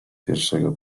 pierwszego